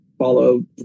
Follow